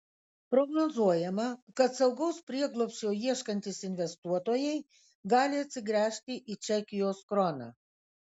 prognozuojama kad saugaus prieglobsčio ieškantys investuotojai gali atsigręžti į čekijos kroną